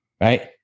right